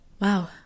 wow